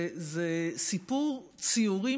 זה סיפור ציורי,